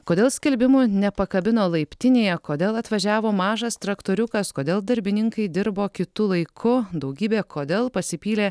kodėl skelbimų nepakabino laiptinėje kodėl atvažiavo mažas traktoriukas kodėl darbininkai dirbo kitu laiku daugybė kodėl pasipylė